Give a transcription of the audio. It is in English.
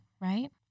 Right